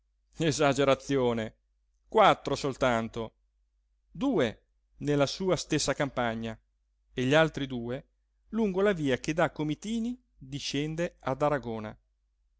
esagerazione quattro soltanto due nella sua stessa campagna e gli altri due lungo la via che da comitini discende ad aragona